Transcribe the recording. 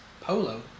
Polo